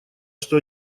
что